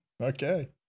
okay